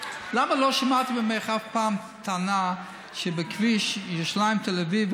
למה לא שמעתי ממך אף פעם טענה שכביש ירושלים-תל אביב,